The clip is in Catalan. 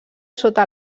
sota